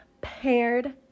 paired